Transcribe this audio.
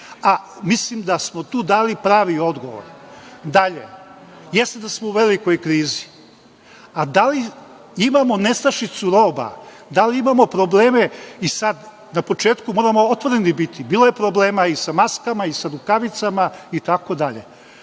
a mislim da smo tu dali pravi odgovor. Dalje, jeste da smo u velikoj krizi, a da li imamo nestašicu roba? Da li imamo probleme? Sad na početku moramo otvoreni biti. Bilo je problema i sa maskama i sa rukavicama itd.